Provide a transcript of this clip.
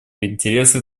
интересах